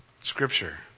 Scripture